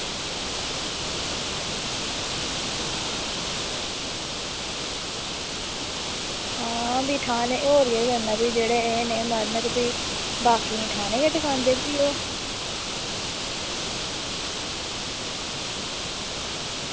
आं ठाणे होर केह् करना भी जेह्ड़े बेचारे एह् नेह् मरन ते ते बाकियें गी ठाणे गै डकांदे ओह्